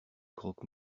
croque